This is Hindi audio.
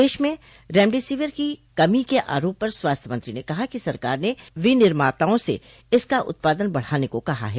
देश में रेमडेसिविर की कमी के आरोप पर स्वास्थ्य मंत्री ने कहा कि सरकार ने विनिमाताओं से इसका उत्पादन बढ़ाने को कहा है